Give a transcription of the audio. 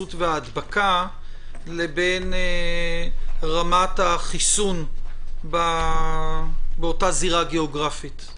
ההתפרצות וההדבקה לבין רמת החיסון באותה זירה גיאוגרפית?